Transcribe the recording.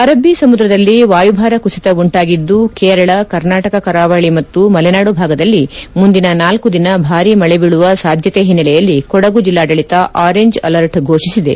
ಅರಲ್ಲೀ ಸಮುದ್ರದಲ್ಲಿ ವಾಯುಭಾರ ಕುಸಿತ ಉಂಟಾಗಿದ್ಲು ಕೇರಳ ಕರ್ನಾಟಕ ಕರಾವಳಿ ಮತ್ತು ಮಲೆನಾಡು ಭಾಗದಲ್ಲಿ ಮುಂದಿನ ನಾಲ್ಲು ದಿನ ಭಾರೀ ಮಳೆ ಬೀಳುವ ಸಾಧ್ಯತೆ ಹಿನ್ನೆಲೆಯಲ್ಲಿ ಕೊಡಗು ಜಿಲ್ಲಾಡಳಿತ ಆರೆಂಜ್ ಅಲರ್ಟ್ ಫೋಷಿಸಿದೆ